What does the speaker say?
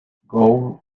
gould